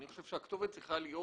אני חושב שהכתובת צריכה להיות